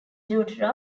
daughter